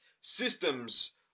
Systems